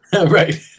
Right